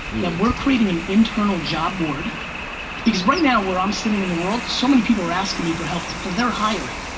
um we're creating an internal job board because right now where i'm sitting in the world, so many people are asking me for help for their hiring,